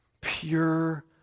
pure